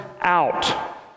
out